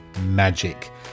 Magic